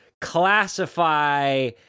classify